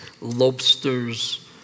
lobsters